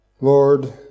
Lord